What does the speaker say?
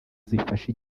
zifasha